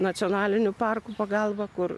nacionalinių parkų pagalba kur